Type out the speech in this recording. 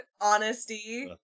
Honesty